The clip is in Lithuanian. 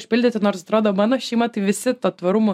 užpildyti nors atrodo mano šeima visi tuo tvarumu